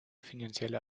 finanzielle